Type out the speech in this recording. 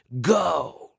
Go